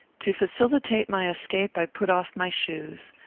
to facilitate my escape, i put off my shoes.